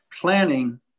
planning